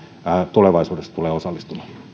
tulevaisuudessa tulee osallistumaan